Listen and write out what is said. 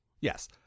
yes